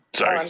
sorry.